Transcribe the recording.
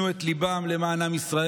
העובדים נתנו את ליבם למען עם ישראל.